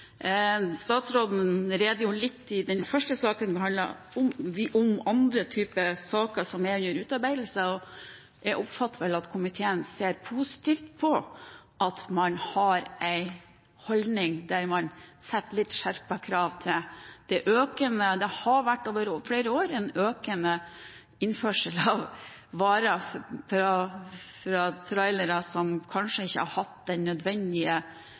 Statsråden redegjorde i den første saken vi behandlet, litt om andre typer saker som er under utarbeidelse. Jeg oppfatter det vel slik at komiteen ser positivt på at man har en holdning der man skjerper kravene litt. Det har over flere år vært økende innførsel av varer fra trailere der føreren kanskje ikke har hatt med seg det nødvendige